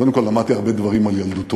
וקודם כול למדתי הרבה דברים על ילדותו.